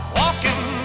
walking